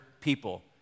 people